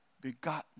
begotten